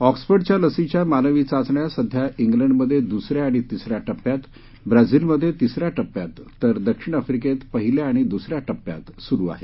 ऑक्सफर्डच्या लसीच्या मानवी चाचण्या सध्या इंग्लंडमधे दुसऱ्या आणि तिसऱ्या टप्प्यात ब्राझीलमध्ये तिसऱ्या टप्प्यात तर दक्षिण आफ्रिकेत पहिल्या आणि दुसऱ्या टप्प्यात सुरु आहेत